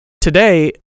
today